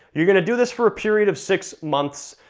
you're gonna do this for a period of six months,